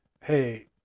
Hey